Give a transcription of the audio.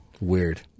Weird